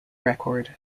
record